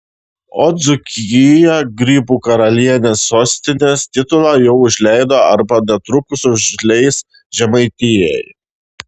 o dzūkija grybų karalienės sostinės titulą jau užleido arba netrukus užleis žemaitijai